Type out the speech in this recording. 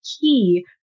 key